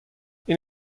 این